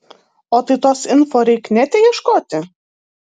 o tai tos info reik nete ieškoti